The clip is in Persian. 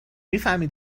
میفهمی